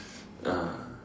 ah